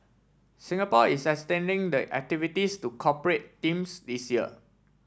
Singapore is extending the activities to corporate teams this year